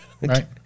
Right